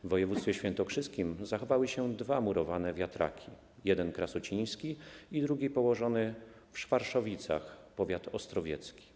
W województwie świętokrzyskim zachowały się dwa murowane wiatraki: jeden krasociński, drugi położony w Szwarszowicach, powiat ostrowiecki.